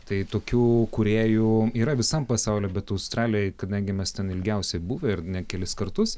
tai tokių kūrėjų yra visam pasauly bet australijoj kadangi mes ten ilgiausiai buvę ir ne kelis kartus